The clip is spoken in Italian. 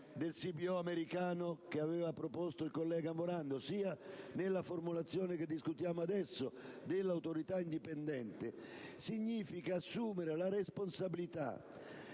del CBO americano che aveva suggerito il senatore Morando, sia nella formulazione che discutiamo adesso dell'autorità indipendente, significa assumere la responsabilità